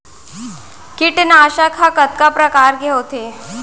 कीटनाशक ह कतका प्रकार के होथे?